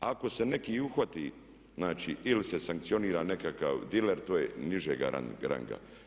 Ako se neki i uhvati, znači ili se sankcionira nekakav diler to je nižeg ranga.